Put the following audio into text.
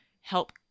help